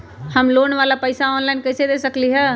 हम लोन वाला पैसा ऑनलाइन कईसे दे सकेलि ह?